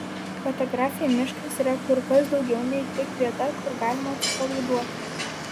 fotografei miškas yra kur kas daugiau nei tik vieta kur galima atsipalaiduoti